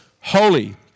holy